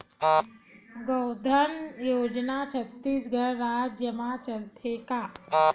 गौधन योजना छत्तीसगढ़ राज्य मा चलथे का?